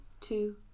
two